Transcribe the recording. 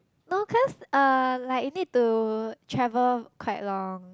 no cause uh like you need to travel quite long